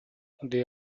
they